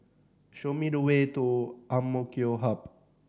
show me the way to AMK Hub